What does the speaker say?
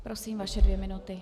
Prosím, vaše dvě minuty.